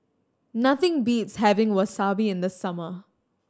nothing beats having Wasabi in the summer